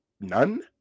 none